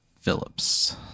Phillips